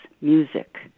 Music